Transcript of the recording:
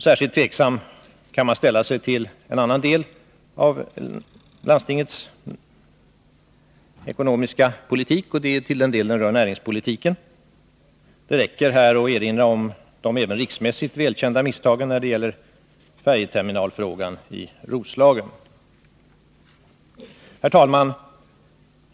Särskilt tveksam kan man ställa sig till en annan del av landstingets ekonomiska politik, nämligen i den del den rör näringspolitiken. Det räcker att här erinra om de även riksmässigt välkända misstagen när det gäller frågan om en färjeterminal i Roslagen. Herr talman!